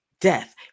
death